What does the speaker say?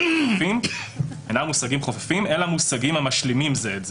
חופפים אלא מושגים המשלימים זה את זה".